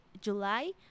July